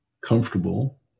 comfortable